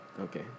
Okay